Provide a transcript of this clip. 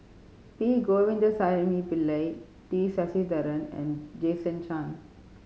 P Govindasamy Pillai T Sasitharan and Jason Chan